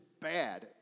bad